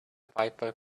piper